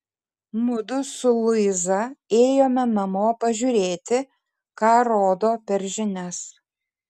mudu su luiza ėjome namo pažiūrėti ką rodo per žinias